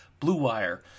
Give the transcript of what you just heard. BlueWire